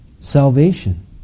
Salvation